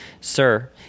sir